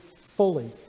fully